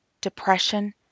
depression